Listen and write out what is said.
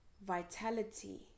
vitality